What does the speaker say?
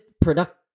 productive